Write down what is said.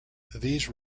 these